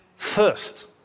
first